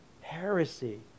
heresy